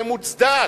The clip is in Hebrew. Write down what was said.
זה מוצדק.